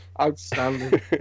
Outstanding